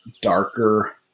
darker